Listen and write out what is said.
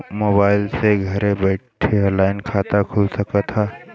Mobile से घर बैठे ऑनलाइन खाता खुल सकत हव का?